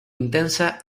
intensa